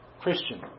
Christian